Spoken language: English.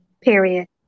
Period